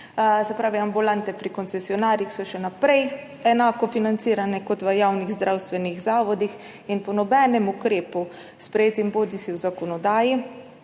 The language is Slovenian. Se pravi, ambulante pri koncesionarjih so še naprej enako financirane kot v javnih zdravstvenih zavodih. Po nobenem ukrepu, sprejetem bodisi v zakonodaji